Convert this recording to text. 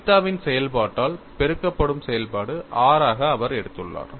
தீட்டாவின் செயல்பாட்டால் பெருக்கப்படும் செயல்பாடு r ஆக அவர் எடுத்துள்ளார்